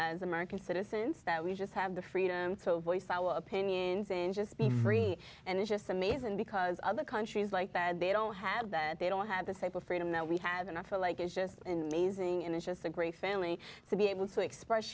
as american citizens that we just have the freedom to voice our opinion just be free and it's just amazing because other countries like that they don't have that they don't have the stable freedom that we have and i feel like it's just amazing and it's just a great family to be able to express